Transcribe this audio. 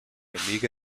amiga